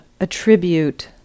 attribute